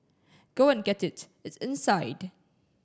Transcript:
go and get it it's inside